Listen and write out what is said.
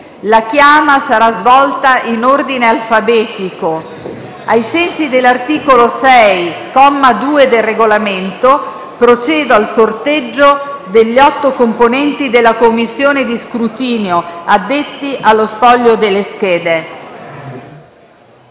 La chiama sarà svolta in ordine alfabetico. Ai sensi dell’articolo 6, comma 2, del Regolamento, procedo al sorteggio degli otto componenti della Commissione di scrutinio, addetti allo spoglio delle schede.